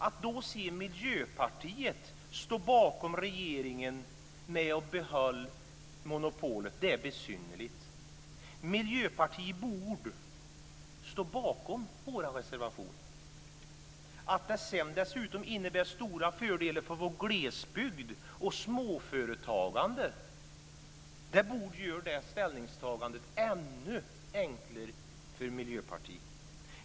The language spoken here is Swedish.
Att då se Miljöpartiet stå bakom regeringen när det gäller att behålla monopolet är besynnerligt. Miljöpartiet borde stå bakom vår reservation. Att det dessutom innebär stora fördelar för vår glesbygd och för småföretagandet borde göra det ställningstagandet ännu enklare för Miljöpartiet.